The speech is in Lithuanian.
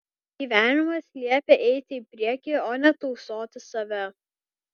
gyvenimas liepia eiti į priekį o ne tausoti save